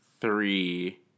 Three